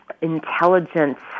intelligence